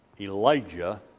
Elijah